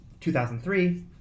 2003